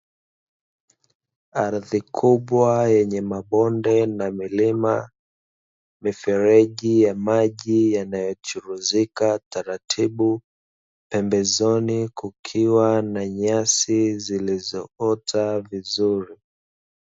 Ardhi kubwa yenye mabonde na milima, mifereji ya maji yanayochuruzika taratibu, pembezoni kukiwa na nyasi zilizoota vizuri.